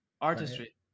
Artistry